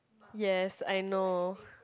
yes I know